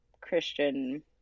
Christian